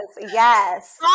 yes